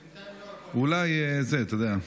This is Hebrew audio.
אולי, אתה יודע.